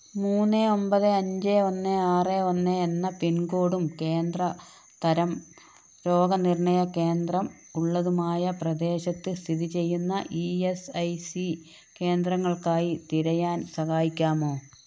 മൂന്ന് ഒൻപത് അഞ്ച് ഒന്ന് ആറ് ഒന്ന് എന്ന പിൻകോഡും കേന്ദ്ര തരം രോഗനിർണയ കേന്ദ്രം ഉള്ളതുമായ പ്രദേശത്ത് സ്ഥിതി ചെയ്യുന്ന ഇ എസ് ഐ സി കേന്ദ്രങ്ങൾക്കായി തിരയാൻ സഹായിക്കാമോ